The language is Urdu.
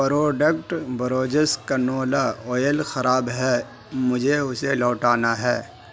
پروڈکٹ بورجس کنولا اویل خراب ہے مجھے اسے لوٹانا ہے